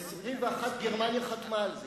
ב-1921 גרמניה חתמה על זה.